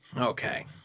okay